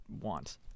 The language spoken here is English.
want